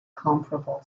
comparable